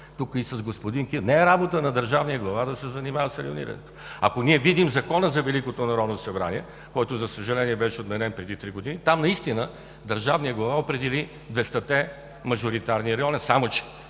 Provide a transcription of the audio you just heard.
Тук съм съгласен – не е работа на държавния глава да се занимава с районирането. Ако ние видим Закона за Великото народно събрание, който, за съжаление, беше отменен преди три години – наистина държавният глава определи 200-те мажоритарни района, само че